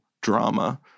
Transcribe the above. drama